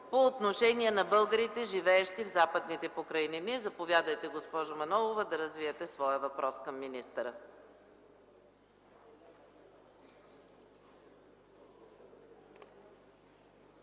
по отношение на българите, живеещи в Западните покрайнини. Заповядайте, госпожо Манолова, да развиете своя въпрос към министъра.